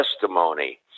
Testimony